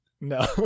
No